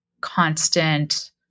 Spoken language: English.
constant